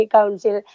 Council